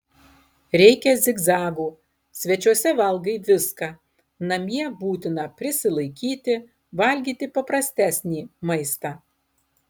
reikia zigzagų svečiuose valgai viską namie būtina prisilaikyti valgyti paprastesnį maistą